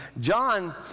John